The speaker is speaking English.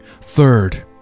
Third